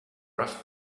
rough